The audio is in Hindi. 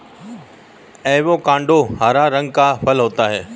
एवोकाडो हरा रंग का फल होता है